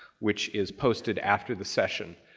which is posted after the session.